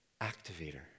activator